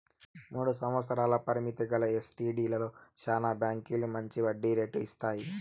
మూడు సంవత్సరాల పరిమితి గల ఎస్టీడీలో శానా బాంకీలు మంచి వడ్డీ రేటు ఇస్తాయి